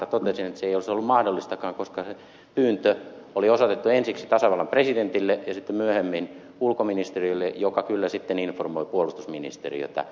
totesin että se ei olisi ollut mahdollistakaan koska se pyyntö oli osoitettu ensiksi tasavallan presidentille ja sitten myöhemmin ulkoministerille joka kyllä sitten informoi puolustusministeriötä